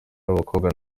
b’abakobwa